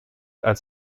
als